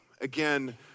Again